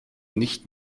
nicht